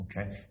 Okay